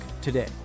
today